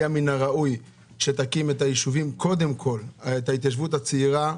היה מן הראוי שתקים קודם כל את ההתיישבות הצעירה.